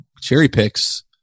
cherry-picks